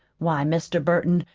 why, mr. burton,